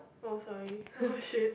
oh sorry oh shit